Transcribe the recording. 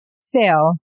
sale